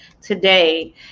today